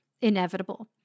inevitable